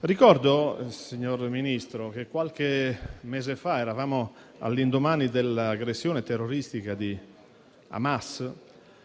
Ricordo, signor Ministro, che qualche mese fa eravamo all'indomani dell'aggressione terroristica di Hamas